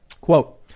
Quote